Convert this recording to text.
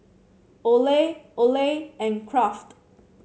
Olay Olay and Kraft